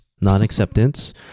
Non-acceptance